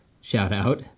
shout-out